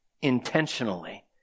intentionally